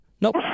Nope